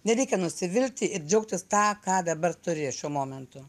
nereikia nusivilti ir džiaugtis tą ką dabar turės šiuo momentu